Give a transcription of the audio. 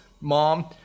mom